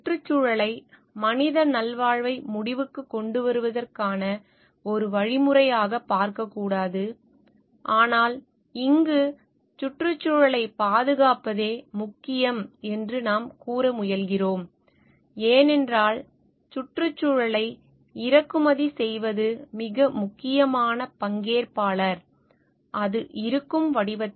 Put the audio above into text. சுற்றுச்சூழலை மனித நல்வாழ்வை முடிவுக்குக் கொண்டுவருவதற்கான ஒரு வழிமுறையாகப் பார்க்கக்கூடாது ஆனால் இங்கு சுற்றுச்சூழலைப் பாதுகாப்பதே முக்கியம் என்று நாம் கூற முயல்கிறோம் ஏனென்றால் சுற்றுச்சூழலை இறக்குமதி செய்வது மிக முக்கியமான பங்கேற்பாளர் அது இருக்கும் வடிவத்தில்